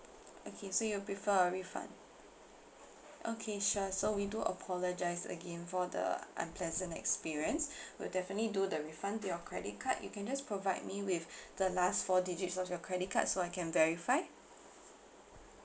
okay so you'll prefer a refund okay sure so we do apologise again for the unpleasant experience we'll definitely do the refund to your credit card you can just provide me with the last four digits of your credit card so I can verify